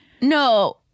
No